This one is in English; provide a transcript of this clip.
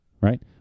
right